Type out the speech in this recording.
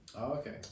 okay